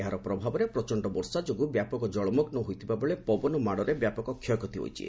ଏହାର ପ୍ରଭାବରେ ପ୍ରଚଣ୍ଡ ବର୍ଷା ଯୋଗୁଁ ବ୍ୟାପକ ଜଳମଗ୍ନ ହୋଇଥିବାବେଳେ ପବନ ମାଡରେ ବ୍ୟାପକ କ୍ଷୟକ୍ଷତି ଘଟିଛି